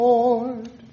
Lord